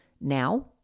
now